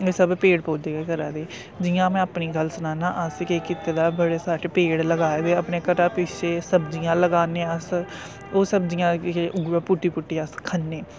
एह् सब पेड़ पौधे गै करा दे जियां में अपनी गल्ल सनानां असें केह् कीता दा बड़े सारे पेड़ लगाए दे अपने घरा पिछें सब्जियां लगाने अस ओह् सब्जियां के उऐ पुट्टी पुट्टी अस खन्ने